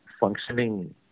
functioning